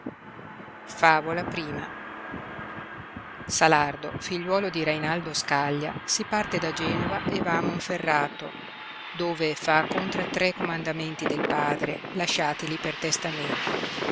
favola i salardo figliuolo di rainaldo scaglia si parte da genova e va a monferrato dove fa contra tre comandamenti del padre lasciatili per testamento